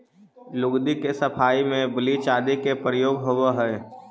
लुगदी के सफाई में ब्लीच आदि के प्रयोग होवऽ हई